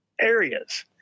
areas